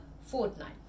fortnight